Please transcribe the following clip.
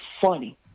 funny